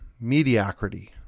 mediocrity